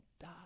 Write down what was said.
die